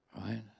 Right